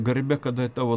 garbę kada tavo